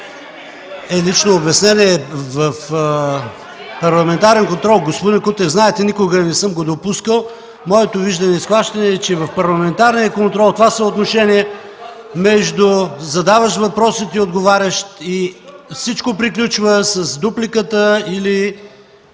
Лично обяснение в Парламентарен контрол, господин Кутев, знаете, никога не съм го допускал. Моето виждане и схващане е, че в Парламентарния контрол – съотношението между задаващ въпросите и отговарящ, всичко приключва с дупликата или